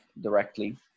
directly